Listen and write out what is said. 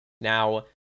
Now